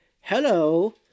hello